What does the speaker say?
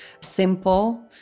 simple